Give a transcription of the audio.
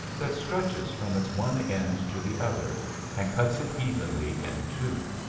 that stretches from its one end to the other and cuts it evenly in two.